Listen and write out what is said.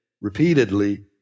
repeatedly